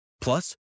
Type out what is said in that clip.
Plus